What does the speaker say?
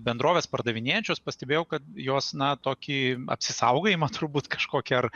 bendrovės pardavinėjančios pastebėjau kad jos na tokį apsisaugojimą turbūt kažkokį ar